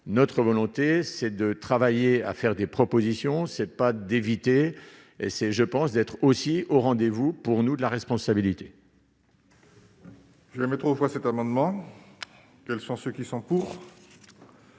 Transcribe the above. notre volonté, c'est de travailler à faire des propositions, c'est pas d'éviter, c'est je pense, d'être aussi au rendez-vous, pour nous, de la responsabilité. Je vais mettre au point cet amendement, quels sont ceux qui sont en